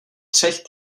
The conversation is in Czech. třech